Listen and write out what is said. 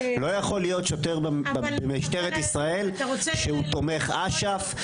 לא יכול להיות שוטר במשטרת ישראל שהוא תומך אש"ף,